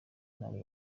ntabwo